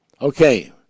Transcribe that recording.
Okay